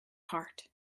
heart